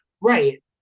right